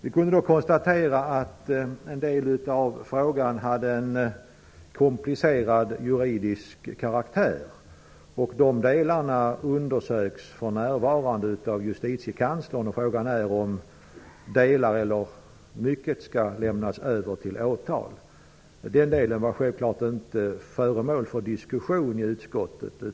Vi kunde konstatera att en del av frågan hade en komplicerad juridisk karaktär. De delarna undersöks för närvarande av Justitiekanslern. Frågan är om delar eller stora delar skall lämnas över till åtal. Den delen var självfallet inte föremål för diskussion i utskottet.